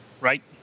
Right